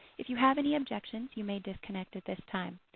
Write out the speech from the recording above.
if you have any objections you may disconnect at this time.